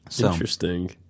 Interesting